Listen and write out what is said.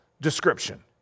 description